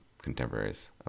contemporaries